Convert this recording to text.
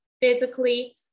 physically